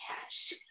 cash